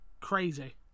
crazy